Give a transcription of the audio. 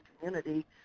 community